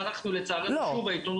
לצערנו שוב --- לא.